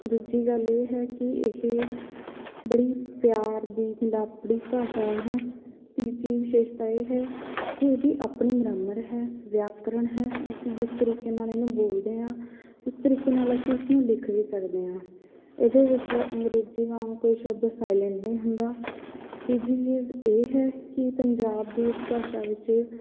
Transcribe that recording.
ਦੂਜੀ ਗੱਲ ਇਹ ਹੈ ਕਿ ਇਹ ਬੜੀ ਪਿਆਰ ਦੀ ਮਿਲਾਪੜੀ ਭਾਸ਼ਾ ਹੈ ਤੀਜੀ ਵਿਸ਼ੇਸ਼ਤਾ ਇਹ ਹੈ ਕਿ ਇਹਦੀ ਆਪਣੀ ਗਰਾਮਰ ਹੈ ਵਿਆਕਰਨ ਹੈ ਅਸੀਂ ਜਿਸ ਤਰੀਕੇ ਨਾਲ ਇਹਨੂੰ ਬੋਲਦੇ ਹਾਂ ਉਸ ਤਰੀਕੇ ਨਾਲ ਅਸੀਂ ਇਸਨੂੰ ਲਿਖ ਵੀ ਸਕਦੇ ਹਾਂ ਇਹਦੇ ਵਿੱਚ ਅੰਗਰੇਜ਼ੀ ਵਾਂਗ ਕੋਈ ਸ਼ਬਦ ਸਾਈਲੈਂਟ ਨਹੀਂ ਹੁੰਦਾ ਤੀਜੀ ਚੀਜ਼ ਇਹ ਹੈ ਕਿ ਪੰਜਾਬ ਦੀ ਇਸ ਭਾਸ਼ਾ ਵਿੱਚ